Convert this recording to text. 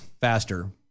faster